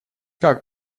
как